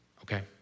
okay